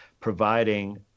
providing